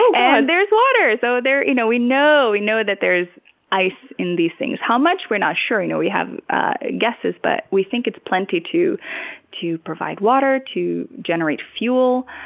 and there's water! so you know we know we know that there's ice in these things how much? we're not sure. you know we have ah guesses, but we think it's plenty to to provide water, to generate fuel,